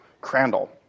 Crandall